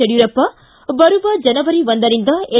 ಯಡಿಯೂರಪ್ಪ ಬರುವ ಜನವರಿ ಒಂದರಿಂದ ಎಸ್